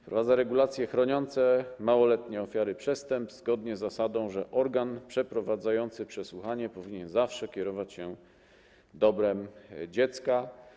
Wprowadza regulacje chroniące małoletnie ofiary przestępstw zgodnie z zasadą, że organ przeprowadzający przesłuchanie powinien zawsze kierować się dobrem dziecka.